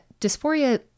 dysphoria